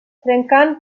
trencant